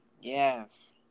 Yes